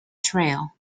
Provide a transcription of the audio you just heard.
trail